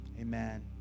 amen